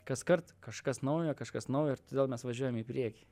kaskart kažkas naujo kažkas naujo ir todėl mes važiuojam į priekį